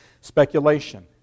speculation